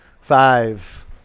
Five